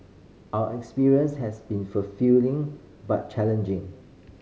our experience has been fulfilling but challenging